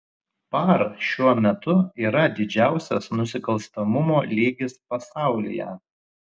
par šiuo metu yra didžiausias nusikalstamumo lygis pasaulyje